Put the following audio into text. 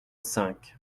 cinq